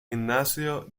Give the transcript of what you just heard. gimnasio